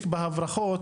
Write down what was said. הנשק בהברחות,